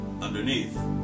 underneath